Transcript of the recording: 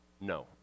No